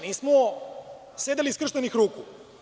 Nismo sedeli skrštenih ruku.